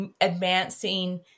advancing